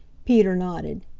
peter nodded.